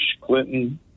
Clinton